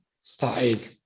started